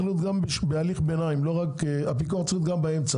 להיות גם בהליך ביניים; הפיקוח צריך להיות גם באמצע,